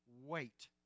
wait